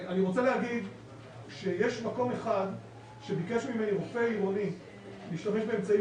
אני רוצה להגיד שיש מקום אחד שביקש ממני רופא עירוני להשתמש באמצעים